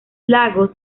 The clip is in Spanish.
lagos